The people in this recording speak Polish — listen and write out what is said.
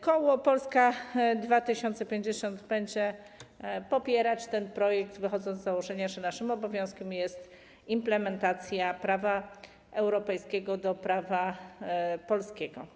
Koło Polska 2050 będzie popierać ten projekt, wychodząc z założenia, że naszym obowiązkiem jest implementacja prawa europejskiego do prawa polskiego.